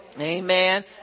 Amen